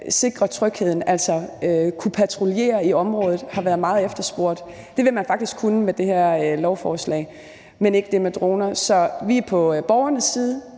sikre trygheden. Altså, det at kunne patruljere i området har været meget efterspurgt, og det vil man faktisk kunne gøre med det her lovforslag, men ikke det med droner. Så vi er på borgernes side,